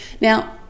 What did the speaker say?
Now